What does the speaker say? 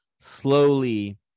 slowly